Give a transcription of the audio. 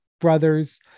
brothers